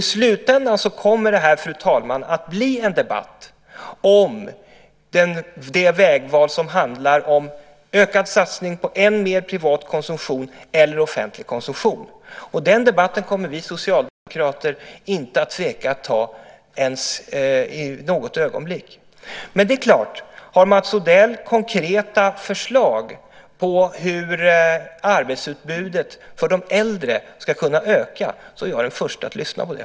I slutändan kommer detta att bli en debatt och ett vägval som handlar om ökad satsning på än mer privat konsumtion eller offentlig konsumtion. Den debatten kommer vi socialdemokrater inte att tveka att ta ens ett ögonblick. Men om Mats Odell har konkreta förslag på hur arbetsutbudet för de äldre ska kunna öka är jag den förste att lyssna på det.